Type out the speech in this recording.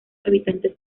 habitantes